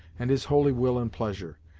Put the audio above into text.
and his holy will and pleasure,